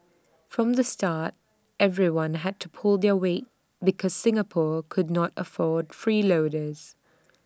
from the start everyone had to pull their weight because Singapore could not afford freeloaders